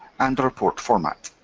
and a report format.